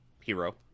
hero